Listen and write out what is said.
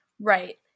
Right